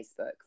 Facebook